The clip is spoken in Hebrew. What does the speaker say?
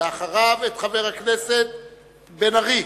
ואחריו, את חבר הכנסת בן-ארי.